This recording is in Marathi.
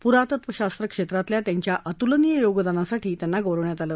पुरातत्वशास्त्र क्षेत्रातल्या त्यांच्या अतुलनीय योगदानासाठी त्यांना गौरवण्यात आलं